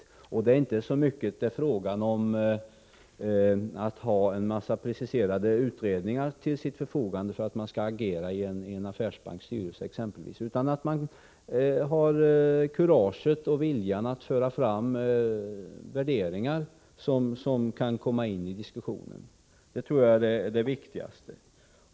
När man skall agera i en affärsbanks styrelse är det inte så mycket fråga om att ha vissa bestämda utredningar till sitt förfogande utan mer om att man har kurage och vilja att föra fram värderingar i diskussionen. Jag tror att det är det viktigaste.